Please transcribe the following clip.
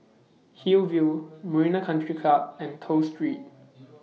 Hillview Marina Country Club and Toh Street